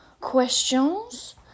questions